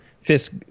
Fisk